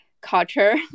culture